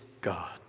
God